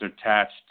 attached